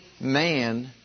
man